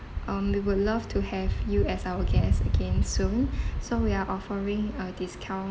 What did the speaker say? um we would love to have you as our guest again soon so we are offering a discount